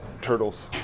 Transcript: turtles